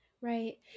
right